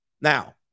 now